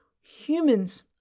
humans